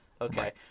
Okay